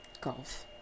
golf